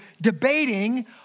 debating